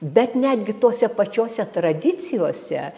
bet netgi tose pačiose tradicijose